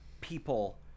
people